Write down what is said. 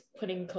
putting